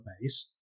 base